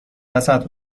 وسط